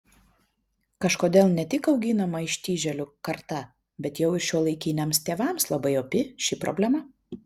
kažkodėl ne tik auginama ištižėlių karta bet jau ir šiuolaikiniams tėvams labai opi ši problema